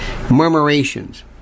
Murmurations